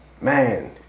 man